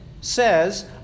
says